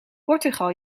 portugal